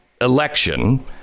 election